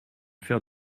faire